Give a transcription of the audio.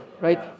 Right